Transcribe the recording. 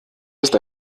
ist